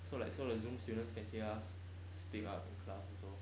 so like so like zoom students can hear us speak up in class also